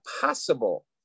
possible